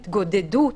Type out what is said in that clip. התגודדות,